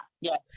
Yes